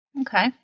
Okay